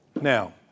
Now